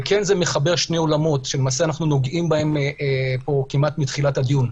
וזה מחבר שני עולמות שלמעשה אנחנו נוגעים בהם פה כמעט מתחילת הדיון.